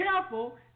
careful